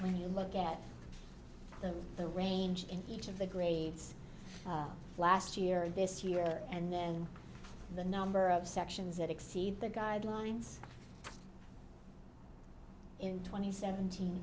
when you look at the range in each of the grades last year this year and then the number of sections that exceed the guidelines in twenty seventeen